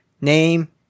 name